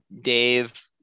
Dave